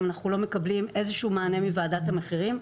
אם אנחנו לא מקבלים איזשהו מענה מוועדת המחירים.